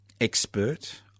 expert